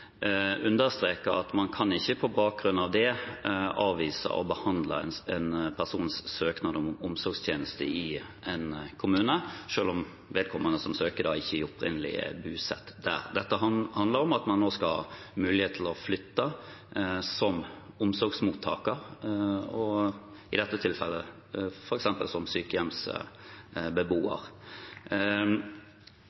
understreker at man kan ikke på bakgrunn av det avvise å behandle en persons søknad om omsorgstjenester i en kommune, selv om vedkommende som søker, ikke opprinnelig er bosatt der. Dette handler om at man også skal ha mulighet til å flytte som omsorgsmottaker, og i dette tilfellet f.eks. som